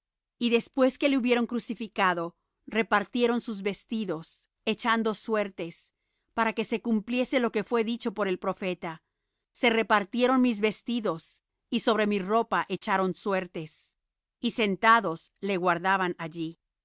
y después que le hubieron crucificado repartieron sus vestidos echando suertes para que se cumpliese lo que fué dicho por el profeta se repartieron mis vestidos y sobre mi ropa echaron suertes y sentados le guardaban allí